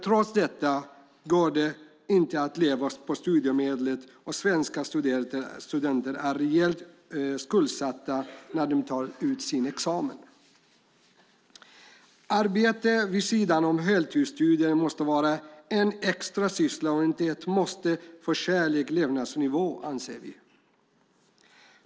Trots det går det inte att leva på studiemedel, och svenska studenter är rejält skuldsatta när de tar ut sin examen. Arbete vid sidan av heltidsstudier måste vara en extrasyssla och inte ett måste för en skälig levnadsstandard, anser vi.